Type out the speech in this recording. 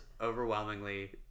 overwhelmingly